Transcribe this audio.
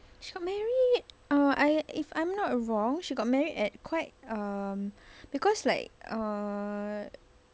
she got married uh I if I'm not wrong she got married at quite um because like err